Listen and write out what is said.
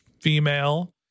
female